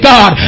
God